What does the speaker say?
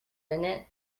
innit